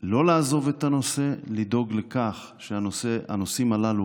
לא לעזוב את הנושא, לדאוג לכך שהנושאים הללו